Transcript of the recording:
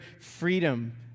freedom